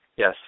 Yes